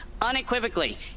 unequivocally